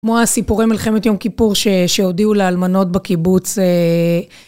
כמו הסיפורי מלחמת יום כיפור שהודיעו לאלמנות בקיבוץ.